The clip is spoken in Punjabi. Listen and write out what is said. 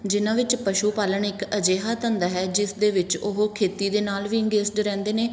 ਜਿਨ੍ਹਾਂ ਵਿੱਚ ਪਸ਼ੂ ਪਾਲਣ ਇੱਕ ਅਜਿਹਾ ਧੰਦਾ ਹੈ ਜਿਸ ਦੇ ਵਿੱਚ ਉਹ ਖੇਤੀ ਦੇ ਨਾਲ ਵੀ ਅਗੈਂਸਟ ਰਹਿੰਦੇ ਨੇ